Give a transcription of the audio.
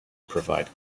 provide